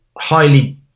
highly